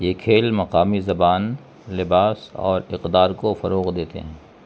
یہ کھیل مقامی زبان لباس اور اقدار کو فروغ دیتے ہیں